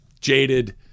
jaded